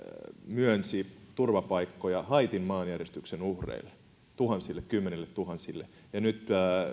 myönsi turvapaikkoja haitin maanjärjestyksen uhreille kymmenilletuhansille ja nyt